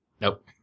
Nope